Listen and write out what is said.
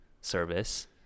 service